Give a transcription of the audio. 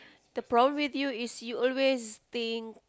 the problem with you is you always think